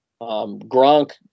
Gronk